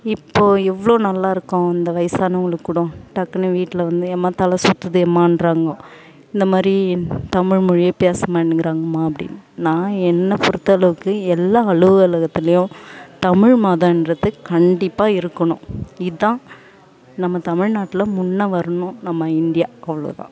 இப்போது இவ்வளோ நல்லா இருக்கும் அந்த வயதானவங்களுக்குடம் டக்குன்னு வீட்டில் வந்து ஏம்மா தலை சுற்றுதேமான்றாங்கோ இந்தமாதிரி தமிழ்மொழியே பேசமாட்டேங்கிறாங்கம்மா அப்படின் நான் என்ன பொறுத்தளவுக்கு எல்லா அலுவலகத்துலேயும் தமிழ் மதகிறது கண்டிப்பாக இருக்கணும் இதுதான் நம்ம தமிழ்நாட்டில் முன்னே வரணும் நம்ம இந்தியா அவ்வளோதான்